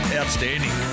outstanding